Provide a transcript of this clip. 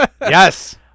Yes